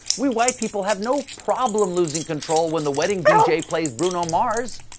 we white people have no problem losing control when the wedding d j. plays bruno mars.